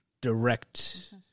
direct